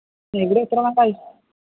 ഇവിടെ എത്ര നാളായി